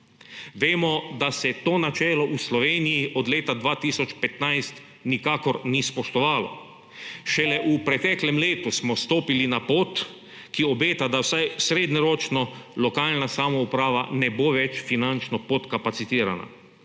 Vemo, da se to načelo v Sloveniji od leta 2015 nikakor ni spoštovalo, šele v preteklem letu smo stopili na pot, ki obeta, da vsaj srednjeročno lokalna samouprava ne bo več finančno podkapacitirana,